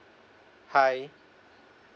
hi